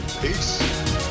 Peace